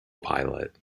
pilot